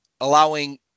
Allowing